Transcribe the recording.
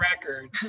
record